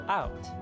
out